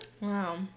Wow